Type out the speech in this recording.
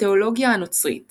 התאולוגיה הנוצרית